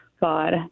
God